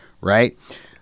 right